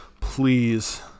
Please